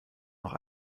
noch